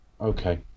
Okay